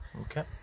Okay